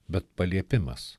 bet paliepimas